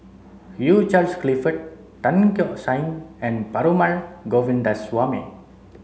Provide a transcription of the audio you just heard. Hugh Charles Clifford Tan Keong Saik and Perumal Govindaswamy